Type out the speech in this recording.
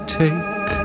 take